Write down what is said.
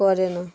করে না